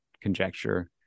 conjecture